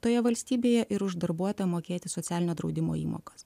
toje valstybėje ir už darbuotoją mokėti socialinio draudimo įmokas